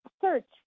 search